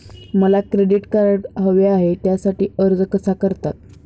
मला credit card हवे आहे त्यासाठी अर्ज कसा करतात?